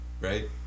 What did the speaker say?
right